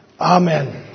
Amen